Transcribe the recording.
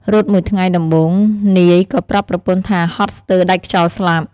រត់មួយថ្ងៃដំបូង នាយក៏ប្រាប់ប្រពន្ធថាហត់ស្ទើរដាច់ខ្យល់ស្លាប់។